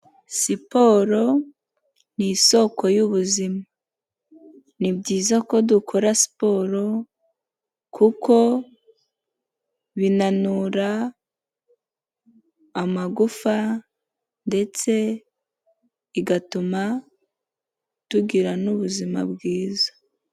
Siporo ni isoko y'ubuzima, ni byiza ko dukora siporo, kuko binanura amagufa ndetse igatuma tugira n'ubuzima bwiza.